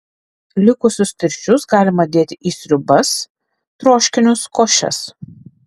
likusius tirščius galima dėti į sriubas troškinius košes